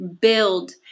build